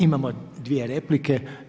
Imamo dvije replike.